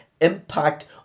impact